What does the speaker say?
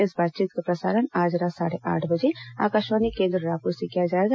इस बातचीत का प्रसारण आज रात साढ़े आठ बजे आकाशवाणी केन्द्र रायपुर से किया जाएगा